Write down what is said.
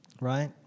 right